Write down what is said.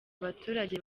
abaturage